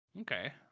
Okay